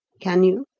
can you?